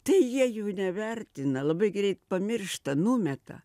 tai jie jų nevertina labai greit pamiršta numeta